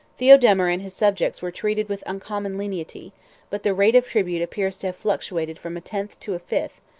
theodemir and his subjects were treated with uncommon lenity but the rate of tribute appears to have fluctuated from a tenth to a fifth,